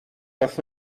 das